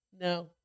No